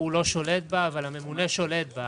הוא לא שולט בה, אבל הממונה שולט בה.